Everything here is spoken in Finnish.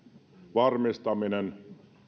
varmistaminen